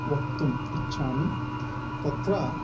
वक्तुम् इच्छामि तत्र